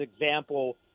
example